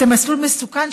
אתם במסלול מסוכן,